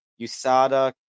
USADA